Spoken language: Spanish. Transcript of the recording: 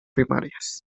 primarias